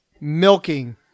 milking